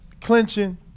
Clinching